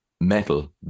metal